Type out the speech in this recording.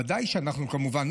ודאי שאנחנו כמובן,